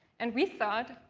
and we thought,